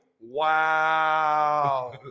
Wow